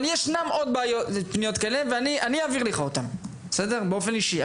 אבל ישנן עוד פניות כאלה ואני אעביר לך אותן באופן אישי,